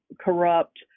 corrupt